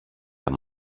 amb